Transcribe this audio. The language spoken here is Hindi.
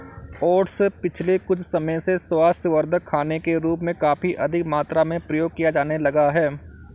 ओट्स पिछले कुछ समय से स्वास्थ्यवर्धक खाने के रूप में काफी अधिक मात्रा में प्रयोग किया जाने लगा है